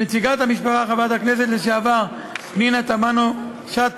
נציגת המשפחה, חברת הכנסת לשעבר פנינה תמנו-שטה,